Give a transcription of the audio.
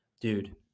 dude